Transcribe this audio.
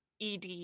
ED